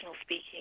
speaking